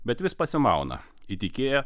bet vis pasimauna įtikėję